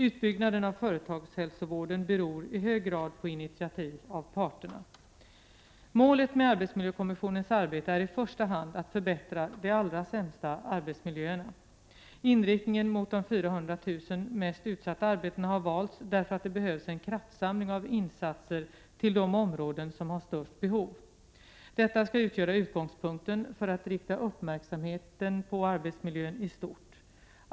Utbyggnaden av företagshälsovården beror i hög grad på initiativ av parterna. Målet med arbetsmiljökommissionens arbete är i första hand att förbättra de allra sämsta arbetsmiljöerna. Inriktningen mot de 400 000 mest utsatta arbetena har valts därför att det behövs en kraftsamling av insatser till de områden som har störst behov. Detta skall utgöra utgångspunkten för att rikta uppmärksamheten på arbetsmiljön i stort.